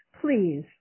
please